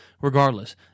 Regardless